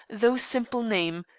though simple, name.